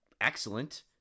excellent